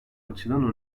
açıdan